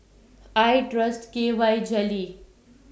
I Trust K Y Jelly